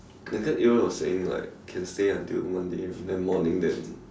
that time Adrian was saying like can stay until Monday then morning then